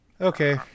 Okay